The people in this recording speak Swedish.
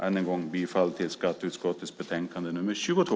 Än en gång bifall till skatteutskottets betänkande nr 22.